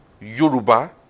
Yoruba